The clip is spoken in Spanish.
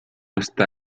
está